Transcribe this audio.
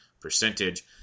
percentage